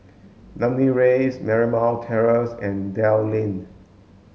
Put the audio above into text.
Namly Rise Marymount Terrace and Dell Lane